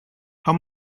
how